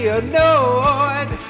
annoyed